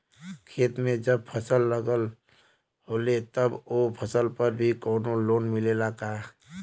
खेत में जब फसल लगल होले तब ओ फसल पर भी कौनो लोन मिलेला का?